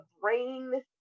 brain